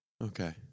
Okay